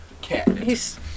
Cat